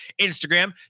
Instagram